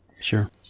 Sure